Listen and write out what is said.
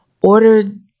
ordered